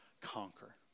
conquer